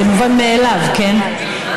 זה מובן מאליו, כן.